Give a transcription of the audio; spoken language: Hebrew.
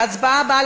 ההצבעה הבאה,